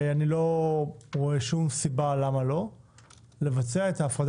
אני לא רואה שום סיבה למה לא לבצע את ההפרדה